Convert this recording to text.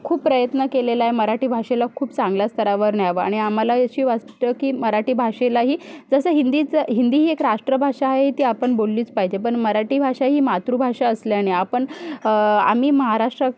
खूप प्रयत्न केलेला आहे मराठी भाषेला खूप चांगल्या स्तरावर न्यावं आणि आम्हालाही अशी वाटतं की मराठी भाषेलाही जसं हिंदीचं हिंदी ही एक राष्ट्र भाषा आहे ती आपण बोललीच पाहिजे पण मराठी भाषा ही मातृभाषा असल्याने आपण आम्ही महाराष्ट्रात